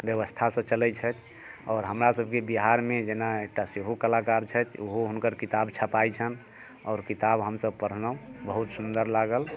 व्यवस्थासँ चलै छथि आओर हमरा सबके बिहारमे जेना एकटा सेहो कलाकार छथि ओहो हुनकर किताब छपाइ छनि आओर किताब हमसब पढ़लहुँ बहुत सुन्दर लागल